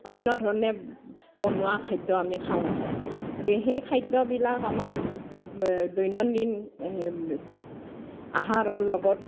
অন্য ধৰণে বনোৱা খাদ্য আমি খাওঁ গতিকে সেই খাদ্যবিলাক আমাৰ দৈনন্দিন আহাৰৰ লগত